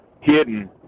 hidden